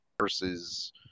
versus